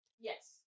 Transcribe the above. yes